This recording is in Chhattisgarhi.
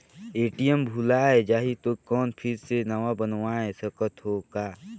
ए.टी.एम भुलाये जाही तो कौन फिर से नवा बनवाय सकत हो का?